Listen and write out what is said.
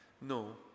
No